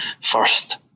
first